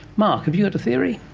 mark, have you got a theory?